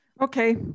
Okay